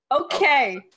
Okay